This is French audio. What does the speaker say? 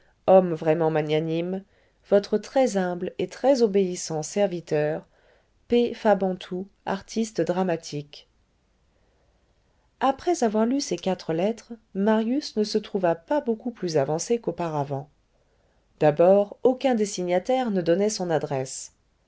homme vraiment magnanime votre très humble et très obéissant serviteur p fabantou artiste dramatique après avoir lu ces quatre lettres marius ne se trouva pas beaucoup plus avancé qu'auparavant d'abord aucun des signataires ne donnait son adresse